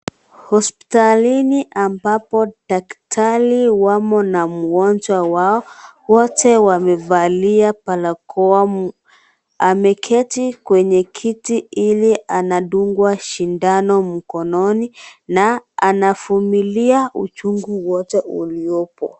Hosipitalini, ambapo daktari wamo na mgonjwa wao. Wote wamevalia balakoa m..,ameketi kwenye kiti ili anadungwa sindano mkononi, na anavumilia uchungu wote uliopo.